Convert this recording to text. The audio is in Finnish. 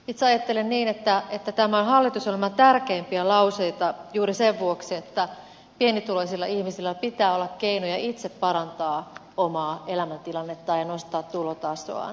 itse ajattelen niin että tämä on hallitusohjelman tärkeimpiä lauseita juuri sen vuoksi että pienituloisilla ihmisillä pitää olla keinoja itse parantaa omaa elämäntilannettaan ja nostaa tulotasoaan